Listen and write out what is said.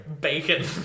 Bacon